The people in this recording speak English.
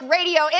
Radio